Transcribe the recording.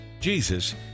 Jesus